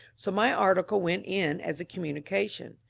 so my article went in as a communication.